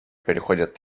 переходит